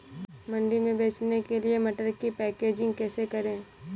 मंडी में बेचने के लिए मटर की पैकेजिंग कैसे करें?